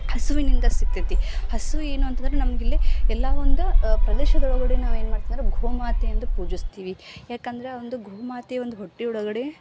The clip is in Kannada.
ಹಸುವಿನಿಂದ ಸಿಗ್ತೈತಿ ಹಸು ಏನು ಅಂತಂದ್ರೆ ನಮಗಿಲ್ಲಿ ಎಲ್ಲಾ ಒಂದು ಪ್ರದೇಶದೊಳಗಡೆ ನಾವೇನು ಮಾಡ್ತೀವಿ ಅಂದರೆ ಗೋ ಮಾತೆಯೆಂದು ಪೂಜಿಸ್ತೀವಿ ಯಾಕಂದ್ರೆ ಒಂದು ಗೋಮಾತೆ ಒಂದು ಹೊಟ್ಟೆಯೊಳಗಡೆ